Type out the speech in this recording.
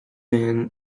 man